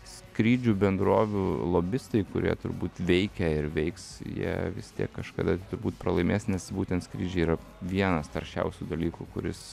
skrydžių bendrovių lobistai kurie turbūt veikia ir veiks jie vis tiek kažkada turbūt pralaimės nes būtent skrydžiai yra vienas taršiausių dalykų kuris